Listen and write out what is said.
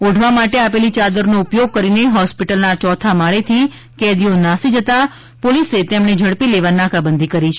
ઓઢવા માટે આપેલી ચાદરનો ઉપયોગ કરીને હોસ્પિટલના ચોથા માળેથી કેદીઓ નાસી જતા પોલીસે તેમણે ઝડપી લેવા નાકાબંદી કરી છે